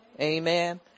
Amen